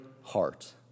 heart